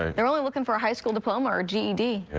they're only looking for a high school diploma or or g e d.